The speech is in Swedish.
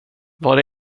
var